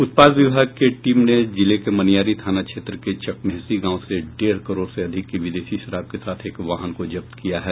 उत्पाद विभाग के टीम ने जिले के मनियारी थाना क्षेत्र के चकमहेसी गाँव से डेढ़ करोड़ से अधिक की विदेशी शराब के साथ एक वाहन को जब्त किया है